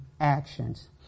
actions